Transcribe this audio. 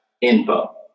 info